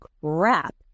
crap